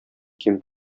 ким